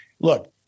look